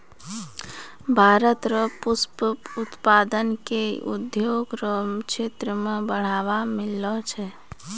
भारत रो पुष्प उत्पादन से उद्योग रो क्षेत्र मे बढ़ावा मिललो छै